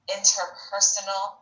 interpersonal